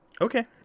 Okay